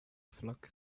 flock